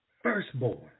firstborn